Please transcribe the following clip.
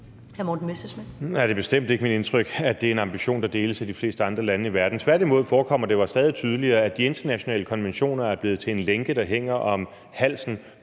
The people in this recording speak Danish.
Morten Messerschmidt (DF): Det er bestemt ikke mit indtryk, at det er en ambition, der deles af de fleste andre lande i verden. Tværtimod forekommer det mig stadig tydeligere, at de internationale konventioner er blevet til en lænke, der hænger om halsen